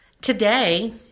today